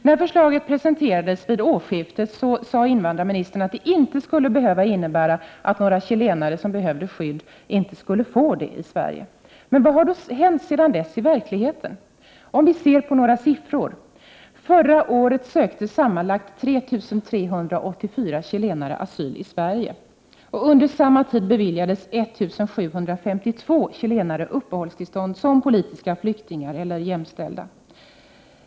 När förslaget presenterades vid årsskiftet sade invandrarministern att det inte skulle behöva innebära att några chilenare som behövde skydd inte skulle få det i Sverige. Men vad har sedan dess hänt i verkligheten? Låt oss se på några siffror! Förra året sökte sammanlagt 3 384 chilenare asyl i Sverige. Under samma tid beviljades 1 752 chilenare uppehållstillstånd som politiska flyktingar eller jämställda.